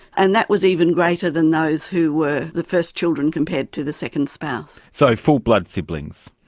and that was even greater than those who were the first children compared to the second spouse. so full-blood siblings.